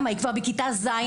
היא כבר בכיתה ז',